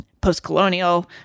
post-colonial